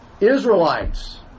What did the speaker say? Israelites